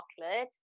chocolate